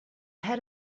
had